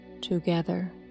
together